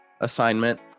assignment